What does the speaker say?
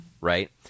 Right